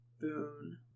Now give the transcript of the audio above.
Boon